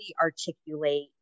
articulate